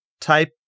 type